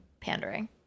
Pandering